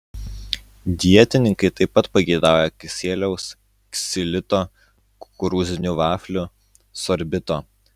dietininkai taip pat pageidauja kisieliaus ksilito kukurūzinių vaflių sorbito